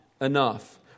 enough